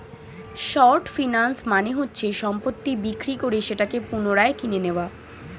short finance মানে হচ্ছে সম্পত্তি বিক্রি করে সেটাকে পুনরায় কিনে নেয়া